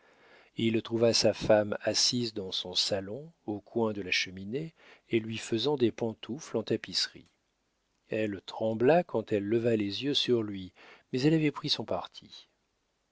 concentrée il trouva sa femme assise dans son salon au coin de la cheminée et lui faisant des pantoufles en tapisserie elle trembla quand elle leva les yeux sur lui mais elle avait pris son parti